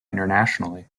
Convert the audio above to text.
internationally